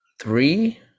Three